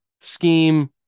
scheme